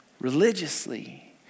religiously